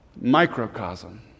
Microcosm